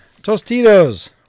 Tostitos